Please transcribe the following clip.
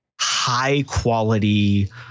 high-quality